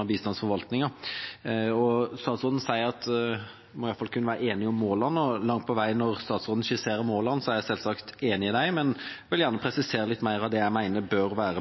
av bistandsforvaltningen. Statsråden sa at vi i alle fall må kunne være enige om målene, og når statsråden skisserer dem, er jeg selvsagt langt på vei enig i dem, men jeg vil gjerne presisere litt mer av det jeg mener bør være